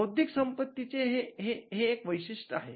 बौद्धिक संपदेचे हे एक वैशिष्ट्य आहे